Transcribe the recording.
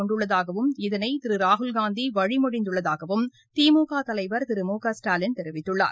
கொண்டுள்ளதாகவும் இதனை திரு ராகுல்காந்தி வழிமொழிந்துள்ளதாகவும் திமுக தலைவர் திரு மு க ஸ்டாலின் தெரிவித்துள்ளார்